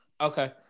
Okay